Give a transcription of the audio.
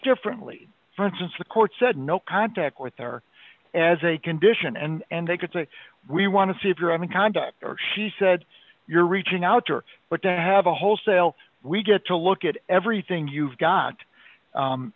differently for instance the court said no contact with her as a condition and they could say we want to see if you're having conduct or she said your reaching out to her but to have a wholesale we get to look at everything you've got